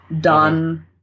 done